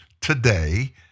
today